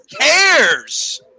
cares